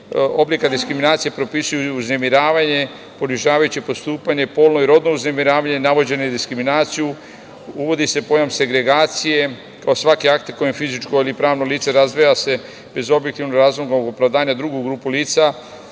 oblika diskriminacije propisuju uznemiravanje, ponižavajuće postupanje, polno i rodno uznemiravanje, navođenje na diskriminaciju. Uvodi se pojam segregacije kao svaki akt kojim fizičko ili pravno lice, razdvaja se bez objektivnog razloga u opravdanje drugu grupu lica,